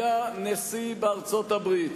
היה נשיא בארצות-הברית,